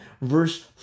verse